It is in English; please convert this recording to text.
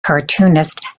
cartoonist